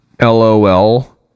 LOL